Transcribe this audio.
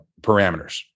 parameters